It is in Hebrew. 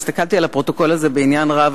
אני הסתכלתי על הפרוטוקול הזה בעניין רב.